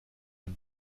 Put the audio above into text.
ein